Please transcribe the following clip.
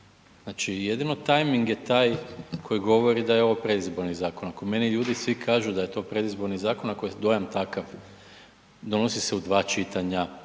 Znači jedino tajming je taj koji govori da je ovo predizborni zakon. Ako mene ljudi svi kažu da je to predizborni zakon, ako je dojam takav, donosi se u dva čitanja,